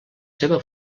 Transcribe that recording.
seva